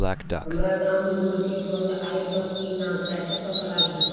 हमरा गांव मे रोड के फन्ड आइल बा कि ना कैसे पता लागि?